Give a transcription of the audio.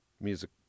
music